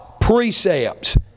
precepts